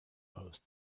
post